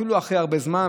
אפילו אחרי הרבה זמן,